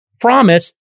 promise